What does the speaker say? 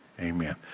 amen